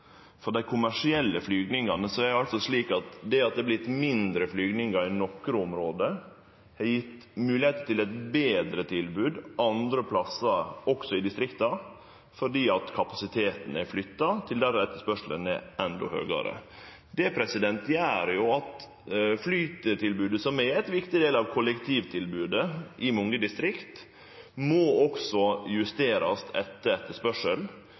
For dei kommersielle flygingane er det slik at det at det har vorte færre flygingar i nokre område, har gjort det mogleg å gje eit betre tilbod andre plassar, også i distrikta, fordi kapasiteten er flytta dit etterspørselen er endå høgare. Det gjer at flytilbodet, som er ein viktig del av kollektivtilbodet i mange distrikt, også må justerast etter